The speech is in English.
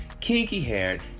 kinky-haired